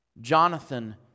Jonathan